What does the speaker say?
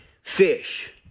fish